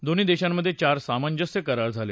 दोन्ही देशांमध्ये चार सामंजस्य करार झाले